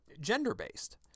gender-based